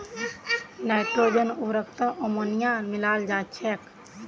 nitrogen उर्वरकत ammonia मिलाल जा छेक